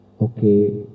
okay